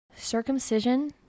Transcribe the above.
circumcision